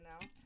now